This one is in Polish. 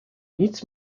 nic